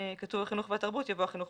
ועדת החינוך והתרבות יבוא ועדת החינוך,